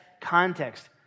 context